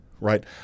right